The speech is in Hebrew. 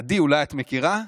עדי, אולי את מכירה?